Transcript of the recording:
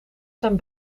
zijn